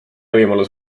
võimalus